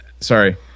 sorry